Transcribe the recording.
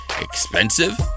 expensive